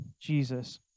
Jesus